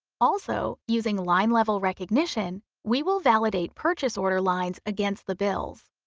also using line level recognition, we will validate purchase order lines against the bills.